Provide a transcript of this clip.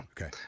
Okay